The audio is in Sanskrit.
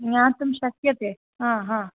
ज्ञातुं शक्यते हा हा